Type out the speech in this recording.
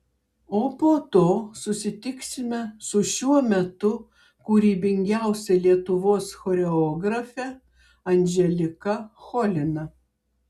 o po to susitiksime su šiuo metu kūrybingiausia lietuvos choreografe andželika cholina